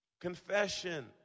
Confession